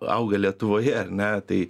auga lietuvoje ar ne tai